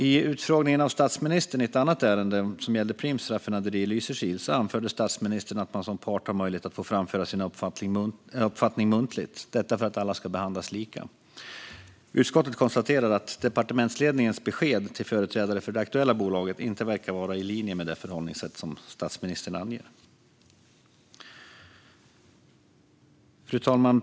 I utfrågningen av statsministern i ett annat ärende, det som gäller Preems raffinaderi i Lysekil, anförde statsministern att man som part har möjlighet att framföra sin uppfattning muntligt. Detta för att alla ska behandlas lika. Utskottet konstaterar att departementsledningens besked till företrädare för det aktuella bolaget inte verkar vara i linje med det förhållningssätt som statsministern anger. Fru talman!